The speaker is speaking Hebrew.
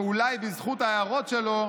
ואולי בזכות ההערות שלו